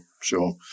sure